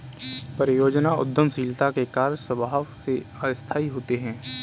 परियोजना उद्यमशीलता के कार्य स्वभाव से अस्थायी होते हैं